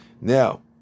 now